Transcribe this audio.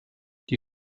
die